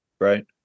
Right